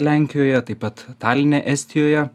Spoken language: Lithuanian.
lenkijoje taip pat taline estijoje